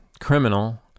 criminal